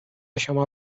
شما